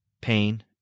pain